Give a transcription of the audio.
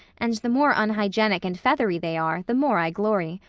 and the more unhygienic and feathery they are the more i glory.